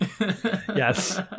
Yes